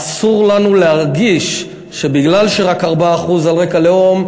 אסור לנו להרגיש שמפני שרק 4% היו על רקע לאום,